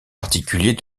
particulier